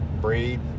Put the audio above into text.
breed